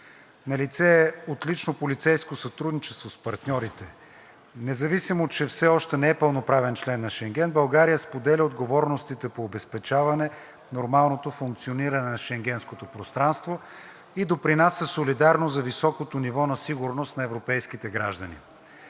Налице е отлично полицейско сътрудничество с партньорите. Независимо че все още не е пълноправен член на Шенген, България споделя отговорностите по обезпечаване нормалното функциониране на Шенгенското пространство и допринася солидарно за високото ниво на сигурност на европейските граждани.